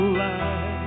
life